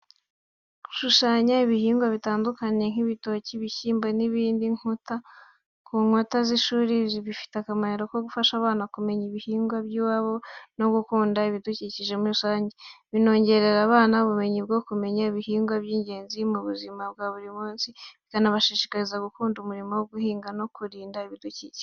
Gushushanya ibihingwa bitandukanye nk'ibitoki, ibishyimbo n'ibindi ku nkuta z’ishuri bifite akamaro ko gufasha abana kumenya ibihingwa by’iwabo no gukunda ibidukikije muri rusange. Binongera abana ubumenyi bwo kumenya ibihingwa by’ingenzi mu buzima bwa buri munsi, bikanabashishikariza gukunda umurimo wo guhinga no kurinda ibidukikije.